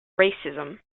racism